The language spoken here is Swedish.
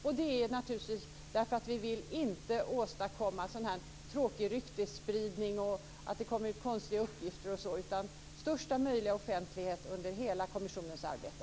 Vi vill nämligen inte åstadkomma tråkig ryktesspridning, och vi vill inte att det kommer ut konstiga uppgifter osv. Därför vill vi ha största möjliga offentlighet under hela kommissionens arbete!